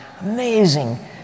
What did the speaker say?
amazing